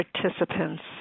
participants